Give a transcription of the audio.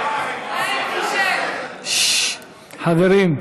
אשמים, ששש, חברים.